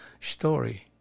story